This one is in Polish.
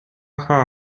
cha